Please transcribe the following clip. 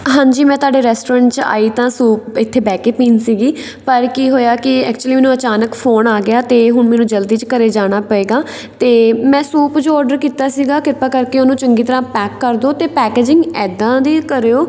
ਹਾਂਜੀ ਮੈਂ ਤੁਹਾਡੇ ਰੈਸਟੋਰੈਂਟ 'ਚ ਆਈ ਤਾਂ ਸੂਪ ਇੱਥੇ ਬਹਿ ਕੇ ਪੀਣ ਸੀਗੀ ਪਰ ਕੀ ਹੋਇਆ ਕਿ ਐਕਚੁਅਲੀ ਮੈਨੂੰ ਅਚਾਨਕ ਫੋਨ ਆ ਗਿਆ ਤਾਂ ਹੁਣ ਮੈਨੂੰ ਜਲਦੀ 'ਚ ਘਰ ਜਾਣਾ ਪਵੇਗਾ ਅਤੇ ਮੈਂ ਸੂਪ ਜੋ ਔਡਰ ਕੀਤਾ ਸੀਗਾ ਕਿਰਪਾ ਕਰਕੇ ਉਹਨੂੰ ਚੰਗੀ ਤਰ੍ਹਾਂ ਪੈਕ ਕਰ ਦਿਓ ਅਤੇ ਪੈਕਜਿੰਗ ਇੱਦਾਂ ਦੀ ਕਰਿਓ